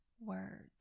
words